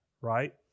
right